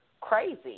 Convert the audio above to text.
crazy